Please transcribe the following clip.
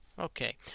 Okay